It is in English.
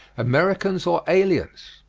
americans or aliens?